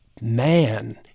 man